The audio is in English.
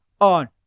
on